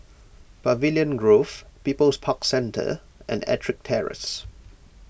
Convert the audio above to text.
Pavilion Grove People's Park Centre and Ettrick Terrace